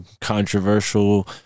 controversial